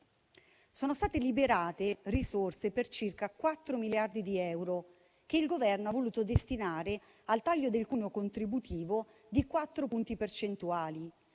Sono state liberate risorse per circa 4 miliardi di euro, che il Governo ha voluto destinare al taglio del cuneo contributivo di quattro punti percentuali,